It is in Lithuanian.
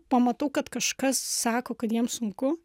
pamatau kad kažkas sako kad jiems sunku